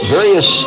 various